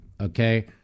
okay